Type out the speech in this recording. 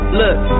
look